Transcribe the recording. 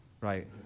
Right